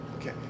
Okay